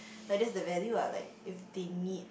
but that's the value ah like if they need